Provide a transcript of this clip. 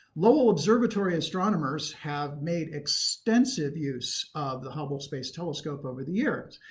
lowell observatory astronomers have made extensive use of the hubble space telescope over the years,